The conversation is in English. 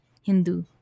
Hindu